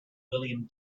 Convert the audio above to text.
william